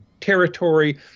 territory